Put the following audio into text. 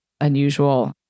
unusual